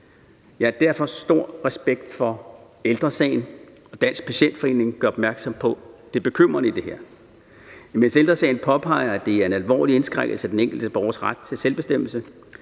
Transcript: Jeg har derfor stor respekt for, at Ældre Sagen og Patientforeningen Danmark gør opmærksom på det bekymrende i det her. Mens Ældre Sagen påpeger, at det er en alvorlig indskrænkning af den enkelte borgers ret til selvbestemmelse,